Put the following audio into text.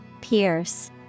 Pierce